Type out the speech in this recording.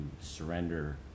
surrender